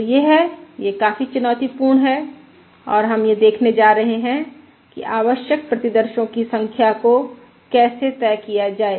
तो यह है यह काफी चुनौतीपूर्ण है और हम यह देखने जा रहे हैं कि आवश्यक प्रतिदर्शो की संख्या को कैसे तय किया जाए